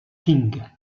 qing